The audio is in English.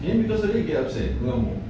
and then because of that dia upset mengamuk